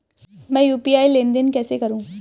मैं यू.पी.आई लेनदेन कैसे करूँ?